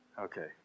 Okay